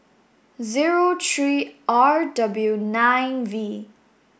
zero three R W nine V